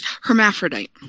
hermaphrodite